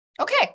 Okay